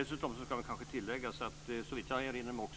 Dessutom kan jag tillägga att såvitt jag erinrar mig